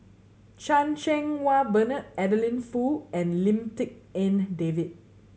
Chan Cheng Wah Bernard Adeline Foo and Lim Tik En David